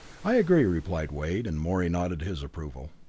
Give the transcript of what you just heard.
i agree, replied wade, and morey nodded his approval.